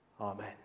Amen